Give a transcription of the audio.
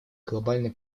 глобальной